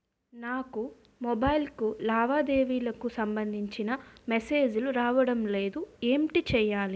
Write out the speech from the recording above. నాకు మొబైల్ కు లావాదేవీలకు సంబందించిన మేసేజిలు రావడం లేదు ఏంటి చేయాలి?